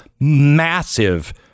massive